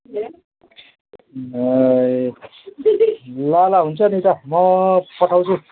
ए ल ल हुन्छ नि त म पठाउँछु